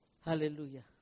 Hallelujah